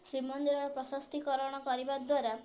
ଶ୍ରୀମନ୍ଦିରର ପ୍ରଶସ୍ତିକରଣ କରିବା ଦ୍ୱାରା